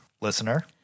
listener